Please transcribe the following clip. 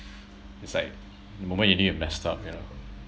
it's like the moment you knew you messed up you know